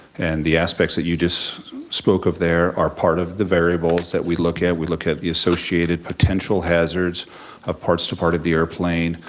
and the aspects that you just spoke of there are part of the variables that we look at, we look at the associated potential hazards of parts departed at the airplane,